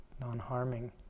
non-harming